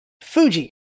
Fuji